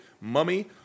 Mummy